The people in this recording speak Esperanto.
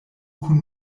kun